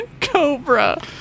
Cobra